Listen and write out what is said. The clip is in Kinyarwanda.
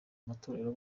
amatorero